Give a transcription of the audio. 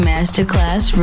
Masterclass